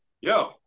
yo